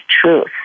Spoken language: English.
truth